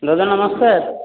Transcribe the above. ଭାଉଜ ନମସ୍କାର